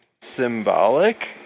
symbolic